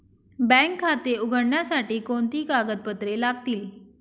Bank खाते उघडण्यासाठी कोणती कागदपत्रे लागतील?